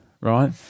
Right